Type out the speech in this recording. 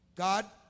God